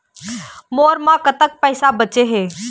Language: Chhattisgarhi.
मोर म कतक पैसा बचे हे?